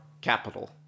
capital